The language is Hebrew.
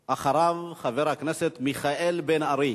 אחריו, חבר הכנסת מיכאל בן-ארי.